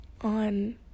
on